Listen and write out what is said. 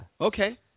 Okay